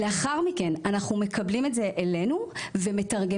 לאחר מכן אנחנו מקבלים את זה אלינו ומתרגמים